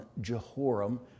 Jehoram